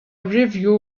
review